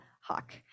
Hawk